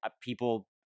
people